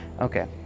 okay